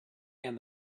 and